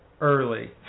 early